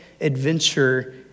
adventure